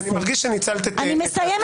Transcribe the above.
אני מרגיש שניצלת --- אני מסיימת את